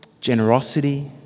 generosity